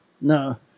No